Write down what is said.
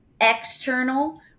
external